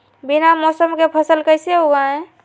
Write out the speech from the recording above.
बिना मौसम के फसल कैसे उगाएं?